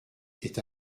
est